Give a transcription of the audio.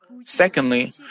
Secondly